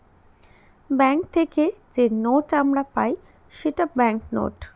bank থেকে যে note আমরা পাই সেটা ব্যাঙ্ক নোট